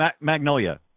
Magnolia